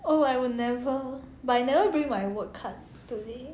oh I will never but I never bring my work card today